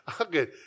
okay